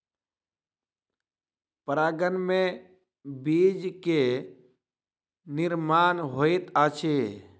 परागन में बीज के निर्माण होइत अछि